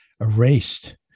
erased